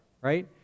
right